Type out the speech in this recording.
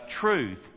truth